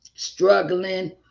Struggling